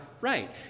right